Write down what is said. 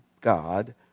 God